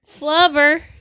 Flubber